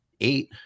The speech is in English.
eight